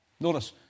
Notice